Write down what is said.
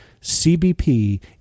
CBP